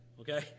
okay